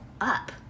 up